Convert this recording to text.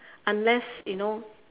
unless you know